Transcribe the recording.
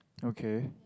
okay